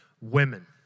women